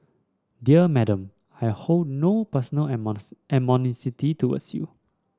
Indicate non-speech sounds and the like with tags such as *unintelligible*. dear Madam I hold no personal *unintelligible* animosity towards you